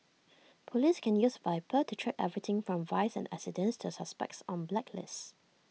Police can use Viper to track everything from vice and accidents to suspects on blacklists